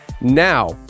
now